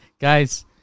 Guys